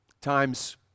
times